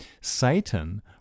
Satan